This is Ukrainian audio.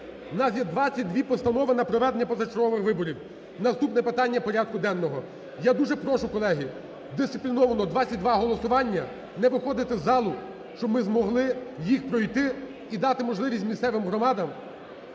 у нас є 22 постанови на проведення позачергових виборів – наступне питання порядку денного. Я дуже прошу, колеги, дисципліновано 22 голосування, не виходити з залу, щоб ми змогли їх пройти – і дати можливість місцевим громадам